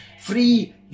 free